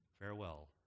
Farewell